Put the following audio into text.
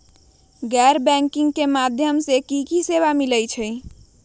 गैर बैंकिंग के माध्यम से की की सेवा मिली?